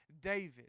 David